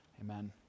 Amen